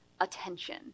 attention